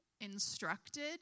instructed